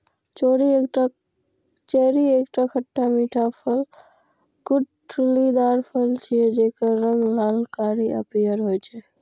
cherry एकटा खट्टा मीठा गुठलीदार फल छियै, जेकर रंग लाल, कारी आ पीयर होइ छै